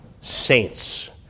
saints